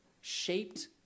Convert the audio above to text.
shaped